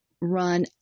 run